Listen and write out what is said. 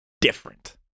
different